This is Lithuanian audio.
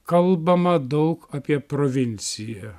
kalbama daug apie provinciją